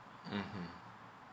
mmhmm